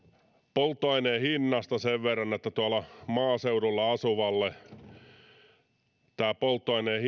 polttoaineen hinnasta sen verran että tuolla maaseudulla asuvalle tämä polttoaineen